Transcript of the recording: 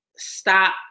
stop